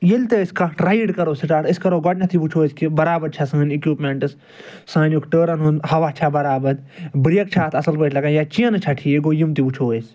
ییٚلہِ تہِ أسۍ کانٛہہ رایِڈ کَرَو سِٹاٹ أسۍ کَرَو گۄڈٕنٮ۪تھٕے وُچھَو أسۍ کہ برابر چھا سٲنۍ اِکوِپمیٚنٹٕس سانیُک ٹٲرَن ہُنٛد ہوا چھا برابر بریٚک چھا اَتھ اَصٕل پٲٹھۍ لَگان یا چیٚنہٕ چھا ٹھیٖک گوٚو یِم تہِ وُچھَو أسۍ